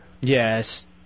Yes